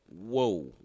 whoa